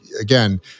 again